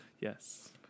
Yes